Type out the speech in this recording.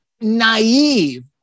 naive